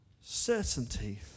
certainty